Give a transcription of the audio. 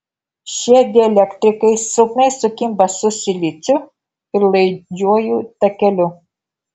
šie dielektrikai silpnai sukimba su siliciu ir laidžiuoju takeliu